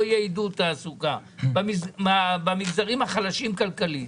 יהיה עידוד תעסוקה במגזרים החלשים כלכלית,